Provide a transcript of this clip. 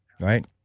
right